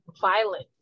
violent